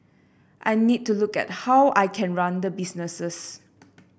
I need to look at how I can run the businesses